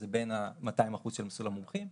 שזה בין ה-200 אחוז של מסלול המומחים.